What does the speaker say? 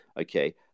okay